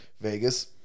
Vegas